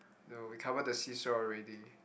no we covered the seesaw already